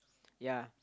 ya